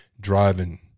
driving